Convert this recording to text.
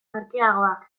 merkeagoak